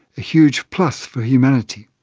a huge plus for humanity.